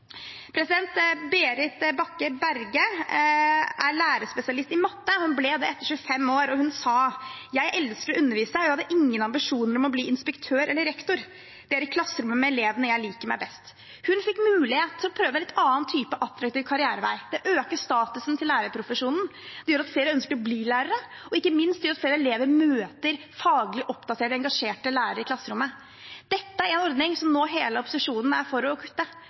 Berit Bakke Berge er lærerspesialist i matte, hun ble det etter 25 år. Hun sa: «Jeg elsker å undervise og jeg hadde ingen ambisjoner om å bli inspektør eller rektor.» Hun sa videre: «Det er i klasserommet med elevene jeg liker meg best.» Hun fikk mulighet til å prøve en litt annen type attraktiv karrierevei. Det øker statusen til lærerprofesjonen, det gjør at flere ønsker å bli lærere, og ikke minst gjør det at flere elever møter faglig oppdaterte, engasjerte lærere i klasserommet. Dette er en ordning som hele opposisjonen nå er for å kutte.